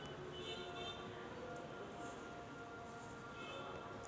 लहान मुलांना पिग्गी बँकेत चिल्लर पैशे जमा करणे अधिक आवडते